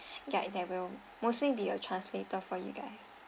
guide there will mostly be a translator for you guys